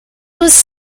was